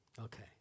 Okay